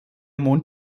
mond